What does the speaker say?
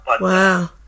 Wow